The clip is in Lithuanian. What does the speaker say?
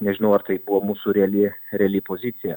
nežinau ar tai buvo mūsų reali reali pozicija